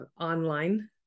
online